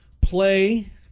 play